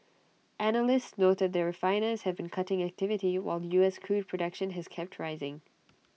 analysts noted that refiners have been cutting activity while the U S crude production has kept rising